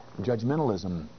judgmentalism